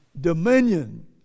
dominion